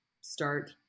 start